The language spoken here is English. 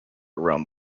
around